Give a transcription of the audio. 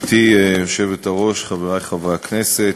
גברתי היושבת-ראש, חברי חברי הכנסת,